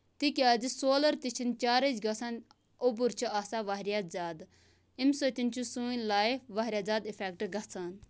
تِکیازِ سولَر تہٕ چھِنہٕ چارٕج گَژھان اوبُر چھ آسان واریاہ زیادٕ اَمہِ سۭتۍ چھِ سٲنۍ لایِف واریاہ زیادٕ اِفیٚکٹ گَژھان